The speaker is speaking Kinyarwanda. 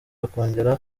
akongera